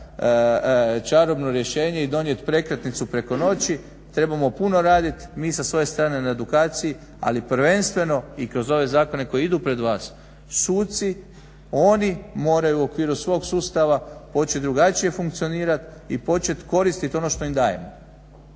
čarobno rješenje i donijeti prekretnicu preko noći. Trebamo puno raditi mi sa svoje strane na edukaciji ali i prvenstveno i kroz ove zakone koji idu pred vas, suci oni moraju u okviru svoj sustava počet drugačije funkcionirat i početi koristi ono što im dajemo.